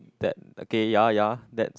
that okay ya ya that's